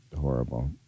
horrible